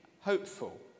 hopeful